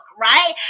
right